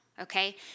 Okay